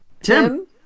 Tim